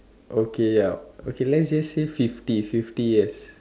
okay ya okay let's just say fifty fifty years